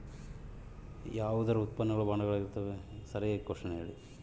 ಇದರ ಉತ್ಪನ್ನ ಗಳು ಬಾಂಡುಗಳು ಆಗಿರ್ತಾವ